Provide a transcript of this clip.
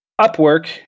Upwork